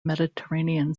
mediterranean